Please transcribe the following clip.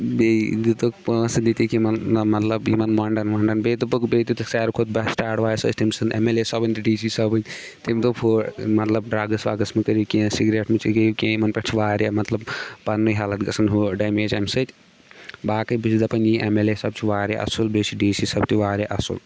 بیٚیہِ دِتُکھ پونٛسہٕ دِتِکھ یِمَن مطلب یِمَن مۄنٛڈَن وۄنٛڈَن بیٚیہِ دوٚپُکھ بیٚیہِ ساروٕے کھۄتہٕ بسٹ اٮ۪ڈوایس ٲسۍ تٔمۍ سٕنٛز اٮ۪م اٮ۪ل اے صٲبٕنۍ تہٕ ڈی سی صٲبٕنۍ تٔمۍ دوٚپ ہُہ مطلب ڈرٛگٕز وَگٕز مہٕ کٔرِو کینٛہہ سِگریٹ مہٕ چیٚیو کینٛہہ یِمَن پٮ۪ٹھ چھِ واریاہ مطلب پَنںُے ہٮ۪لٕتھ گژھان ہُہ ڈٮ۪میج اَمہِ سۭتۍ باقٕے بہٕ چھُس دَپان یی اٮ۪م اٮ۪ل اے صٲب چھُ واریاہ اَصٕل بیٚیہِ چھِ ڈی سی صٲب تہِ واریاہ اَصٕل